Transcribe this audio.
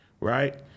right